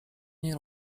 nie